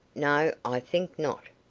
no, i think not.